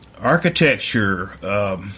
Architecture